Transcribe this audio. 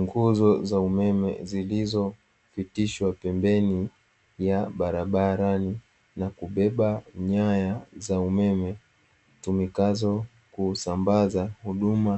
Nguzo za umeme zilizopitishwa pembeni ya barabara, na kubeba nyaya za umeme, zitumikazo kusambaza huduma